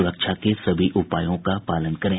सुरक्षा के सभी उपायों का पालन करें